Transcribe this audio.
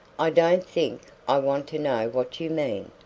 i don't think i want to know what you mean,